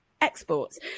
exports